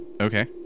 Okay